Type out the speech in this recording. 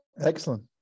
Excellent